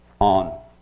on